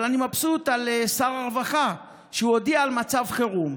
אבל אני מבסוט משר הרווחה, שהודיע על מצב חירום.